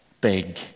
big